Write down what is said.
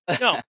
No